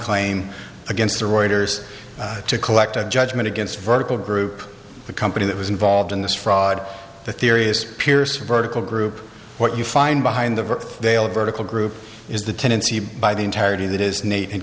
claim against the reuters to collect a judgment against vertical group the company that was involved in this fraud the theories pierce vertical group what you find behind the veil of vertical group is the tendency by the entirety that is nate and